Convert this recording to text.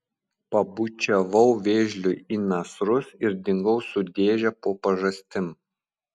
pabučiavau vėžliui į nasrus ir dingau su dėže po pažastim